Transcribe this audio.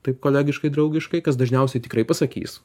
taip kolegiškai draugiškai kas dažniausiai tikrai pasakys